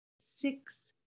six